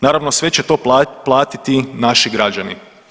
Naravno sve će to platiti naši građani.